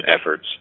efforts